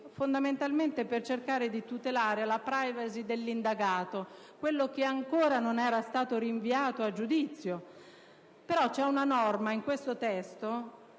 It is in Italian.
fondamentalmente per cercare di tutelare la *privacy* dell'indagato, quello che ancora non è stato rinviato a giudizio; in questo testo,